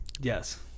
Yes